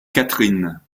catherine